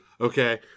Okay